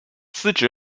司职